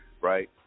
Right